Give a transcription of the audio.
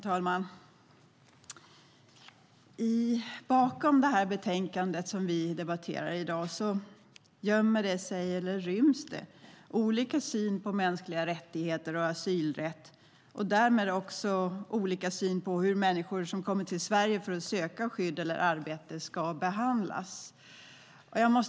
Herr talman! Bakom det betänkande vi diskuterar idag gömmer sig olika syn på mänskliga rättigheter och asylrätt och därmed också olika syn på hur människor som kommer till Sverige för att söka skydd eller arbete ska behandlas.